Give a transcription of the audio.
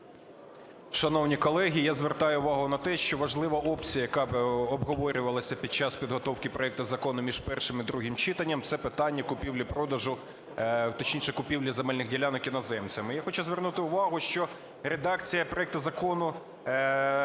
Шановні колеги, я звертаю увагу на те, що важлива опція, яка обговорювалася під час підготовки проекту закону між першим і другим читанням, це питання купівлі-продажу, точніше, купівлі земельних ділянок іноземцями. Я хочу звернути увагу, що редакція проекту Закону